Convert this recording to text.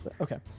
Okay